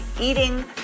eating